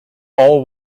all